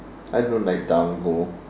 I don't like dango